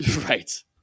Right